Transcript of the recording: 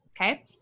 Okay